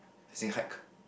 as in hike